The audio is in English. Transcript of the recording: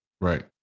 right